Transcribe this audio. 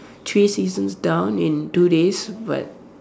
three seasons down in two days but